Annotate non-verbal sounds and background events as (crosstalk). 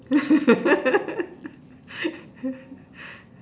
(laughs)